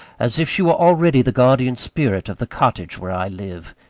as if she were already the guardian spirit of the cottage where i live.